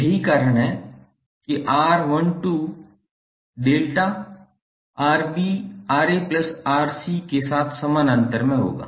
यही कारण है कि 𝑅12 delta Rb Ra plus Rc के साथ समानांतर में होगा